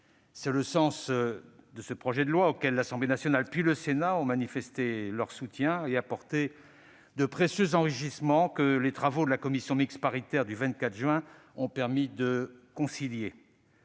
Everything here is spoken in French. C'est le sens de ce projet de loi auquel l'Assemblée nationale, puis le Sénat ont manifesté leur soutien. Les deux chambres ont apporté de précieux enrichissements, que les travaux de la commission mixte paritaire du 24 juin ont permis de concilier.